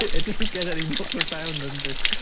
it doesn't get any more profound than this. oh,